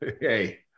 hey